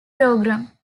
program